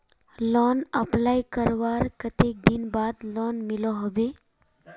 Loan apply करवार कते दिन बाद लोन मिलोहो होबे?